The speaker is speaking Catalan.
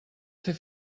fer